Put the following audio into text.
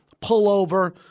pullover